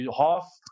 half